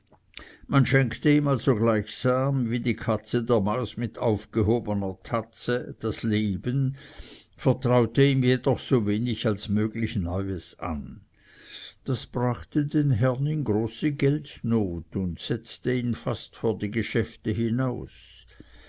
man schenkte ihm also so gleichsam wie die katze der maus mit aufgehobener tatze das leben vertraute ihm jedoch so wenig als möglich neues an das brachte den herrn in große geldnot und setzte ihn fast vor die geschäfte hinaus